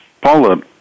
Paula